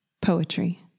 poetry